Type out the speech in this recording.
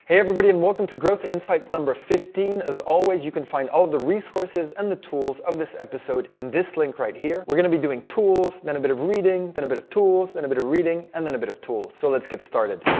hey everybody and welcome to growth insights fifteen! as always you can find all the resources and the tools of this episode in this link right here we're gonna be doing tools then a bit of reading then a bit of tools then a bit of reading and then a bit of tools. so let's get started!